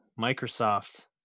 Microsoft